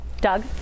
Doug